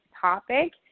topic